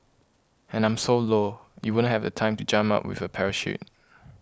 and I'm so low you wouldn't have the time to jump out with a parachute